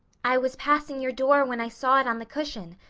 i was passing your door when i saw it on the cushion,